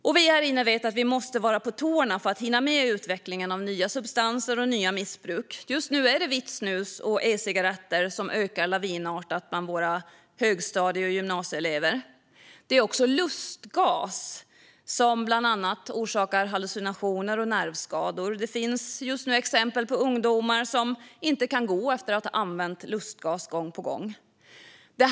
Och vi här inne vet att vi måste vara på tårna för att hinna med i utvecklingen av nya substanser och nya missbruk. Just nu är det vitt snus och ecigaretter som ökar lavinartat bland våra högstadie och gymnasieelever. Det är också lustgas, som bland annat orsakar hallucinationer och nervskador. Det finns just nu exempel på ungdomar som inte kan gå efter att ha använt lustgas gång på gång.